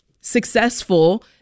successful